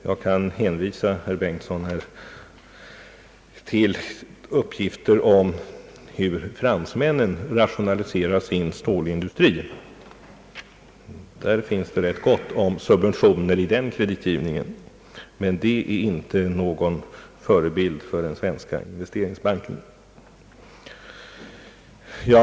Jag kan hänvisa herr Bengtson till uppgifter om hur fransmännen rationaliserar sin stålindustri. Det finns rätt gott om subventioner i kreditgivningen där, men detta är inte någon förebild för den svenska investeringsbanken.